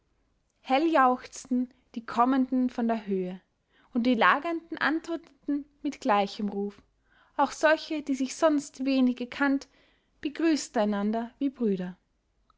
hell jauchzten die kommenden von der höhe und die lagernden antworteten mit gleichem ruf auch solche die sich sonst wenig gekannt begrüßten einander wie brüder